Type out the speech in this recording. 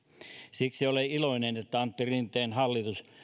siksi olen iloinen että antti rinteen hallitus